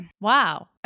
wow